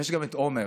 ויש גם את עומר.